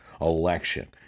election